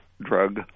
drug